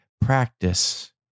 practice